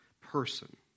person